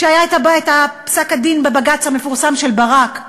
כשהיה פסק-הדין בבג"ץ המפורסם של ברק,